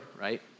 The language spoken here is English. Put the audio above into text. right